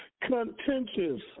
contentious